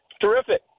terrific